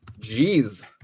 Jeez